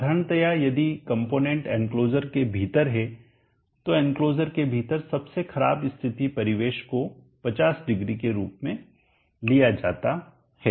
साधारणतया यदि कंपोनेंट एंक्लोजरबाड़ के भीतर है तो एंक्लोजरबाड़ के भीतर सबसे खराब स्थिति परिवेश को 500 के रूप में लिया जाता है